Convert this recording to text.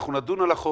אנחנו נדון על החוק.